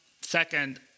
second